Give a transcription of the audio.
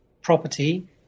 property